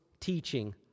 teaching